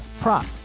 prop